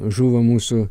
žuvo mūsų